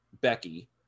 Becky